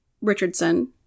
Richardson